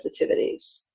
sensitivities